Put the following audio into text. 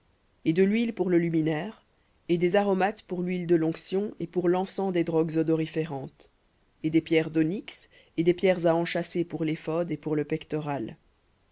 et de l'huile pour le luminaire et des aromates pour l'huile de l'onction et pour l'encens des drogues odoriférantes et des pierres d'onyx et des pierres à enchâsser pour l'éphod et pour le pectoral